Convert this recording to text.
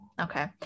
Okay